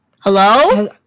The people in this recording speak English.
hello